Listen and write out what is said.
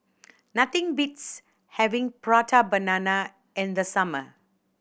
nothing beats having Prata Banana in the summer